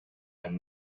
and